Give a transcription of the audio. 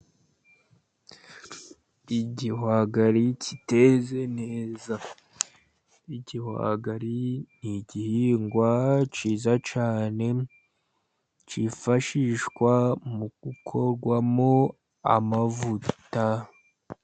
Igihwagari kiteze neza. Igihwagari ni igihingwa cyiza cyane cyifashishwa mu gukorwamo amavuta.